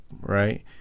right